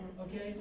okay